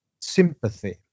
sympathy